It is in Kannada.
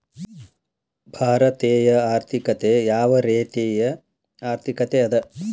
ಭಾರತೇಯ ಆರ್ಥಿಕತೆ ಯಾವ ರೇತಿಯ ಆರ್ಥಿಕತೆ ಅದ?